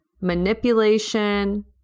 manipulation